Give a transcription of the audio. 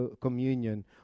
Communion